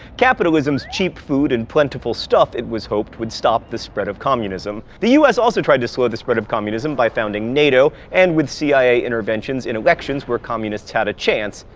capitalism's cheap food and plentiful stuff, it was hoped, would stop the spread of communism. the us also tried to slow the spread of communism by founding nato and with cia interventions in elections where communists had a chance,